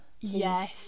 yes